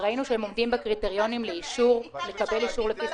וראינו שהם עומדים בקריטריונים לקבל אישור לפי